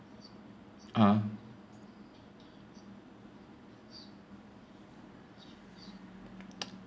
(uh huh)